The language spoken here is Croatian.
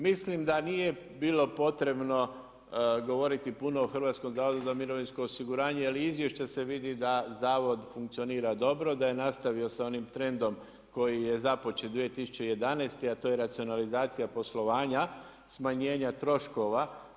Mislim da nije bilo potrebno govoriti o Hrvatskom zavodu za mirovinsko osiguranje jer iz izvješća se vidi da zavod funkcionira dobro, da je nastavio sa onim trendom koji je započet 2011.,a to je racionalizacija poslovanja smanjenja troškova.